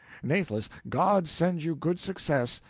natheless, god send you good success,